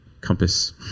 compass